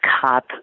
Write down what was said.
cop